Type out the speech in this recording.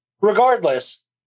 Regardless